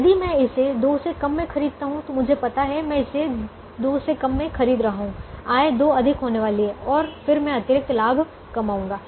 यदि मैं इसे 2 मे खरीदता हूं तो मुझे पता है कि मैं इसे 2 मे खरीद रहा हूं आय 2 अधिक होने वाला है और फिर मैं अतिरिक्त लाभ कमाऊंगा